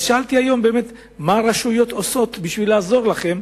שאלתי היום: מה הרשויות עושות בשביל לעזור לכם?